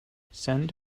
send